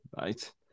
right